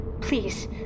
please